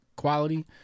Quality